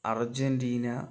Argentina